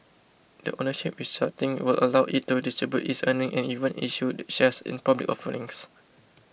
the ownership restructuring will allow it to distribute its earnings and even issue shares in public offerings